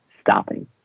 stopping